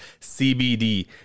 CBD